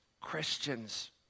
Christians